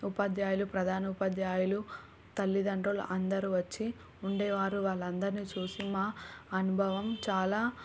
ఉపాధ్యాయులు ప్రధానోపాధ్యాయులు తల్లిదండ్రులు అందరూ వచ్చి ఉండేవారు వాళ్ళందరిని చూసి మా అనుభవం చాలా